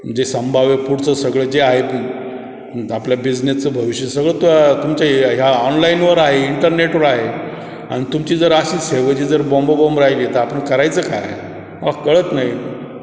जे संभाव्य पुढचं सगळं जे आहे ते आपल्या बिझनेसचं भविष्य सगळं तर तुमच्या ह्या ऑनलाईनवर आहे इंटरनेटवर आहे आणि तुमची जर अशी सेवेची जर बोंबाबोंब राहिली तर आपण करायचं काय अव कळत नाही